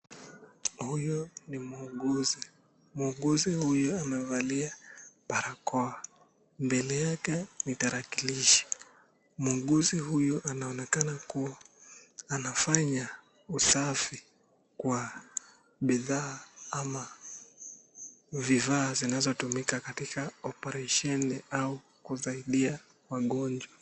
Huyu ni muuguzi muuguzi huyu amevalia barakoa, mebele yake ni tarakilishi muuguzi huyu anaonekana kuwa anafanya usafi kwa bidhaa ama vifaa zinazotumika katika oparesheni au kusaidia wagonjwa.